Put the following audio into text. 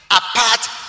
apart